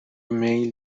میل